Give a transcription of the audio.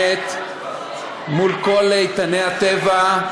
מול כל איתני הטבע,